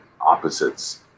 opposites